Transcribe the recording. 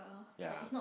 ya